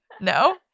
no